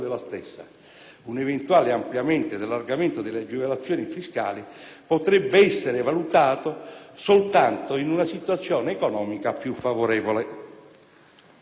Un eventuale ampliamento ed allargamento delle agevolazioni fiscali potrebbe essere valutato soltanto in una situazione economica più favorevole.